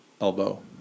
elbow